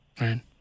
Right